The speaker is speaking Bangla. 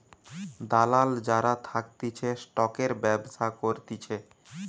দালাল যারা থাকতিছে স্টকের ব্যবসা করতিছে